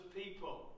people